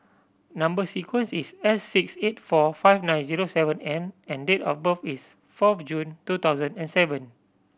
number sequence is S six eight four five nine zero seven N and date of birth is fourth June two thousand and seven